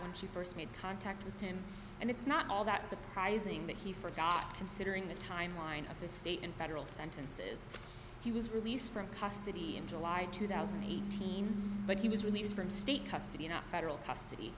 when she st made contact with him and it's not all that surprising that he forgot considering the timeline of the state and federal sentences he was released from custody in july two thousand and eighteen but he was released from state custody in a federal custody